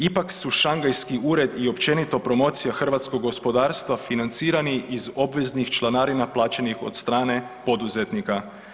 Ipak su šangajski ured i općenito promocija hrvatskog gospodarstva financirani iz obveznih članarina plaćenih od strane poduzetnika.